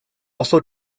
also